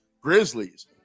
Grizzlies